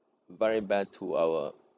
very bad to our